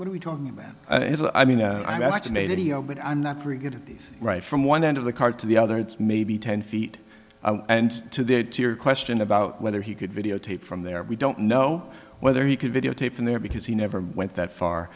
what are we talking about i mean that's made but i'm not very good at this right from one end of the car to the other it's maybe ten feet and to there to your question about whether he could videotape from there we don't know whether he could videotape from there because he never went that far